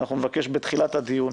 אנחנו נבקש בתחילת הדיון